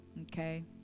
okay